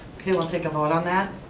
okay, we'll take a vote on that.